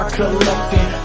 collecting